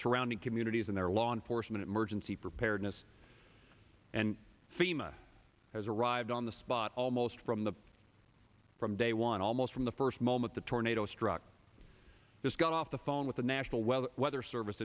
around communities and their law enforcement emergency preparedness and fema has arrived on the spot almost from the from day one almost from the first moment the tornado struck this got off the phone with the national weather weather service